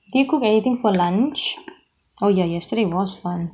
do you cook anything for lunch oh ya yesterday was fun